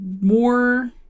more